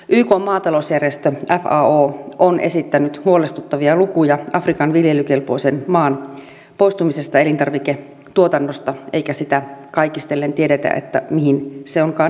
ykn maatalousjärjestö fao on esittänyt huolestuttavia lukuja afrikan viljelykelpoisen maan poistumisesta elintarviketuotannosta eikä sitä kaikistellen tiedetä mihin se onkaan hävinnyt